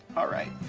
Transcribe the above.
alright.